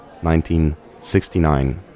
1969